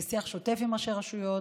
יש שיח שוטף עם ראשי הרשויות